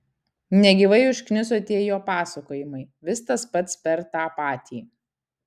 negyvai užkniso tie jo pasakojimai vis tas pats per tą patį